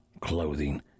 clothing